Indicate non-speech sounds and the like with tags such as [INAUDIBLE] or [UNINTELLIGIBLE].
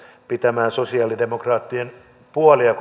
pitämään sosialidemokraattien puolia [UNINTELLIGIBLE]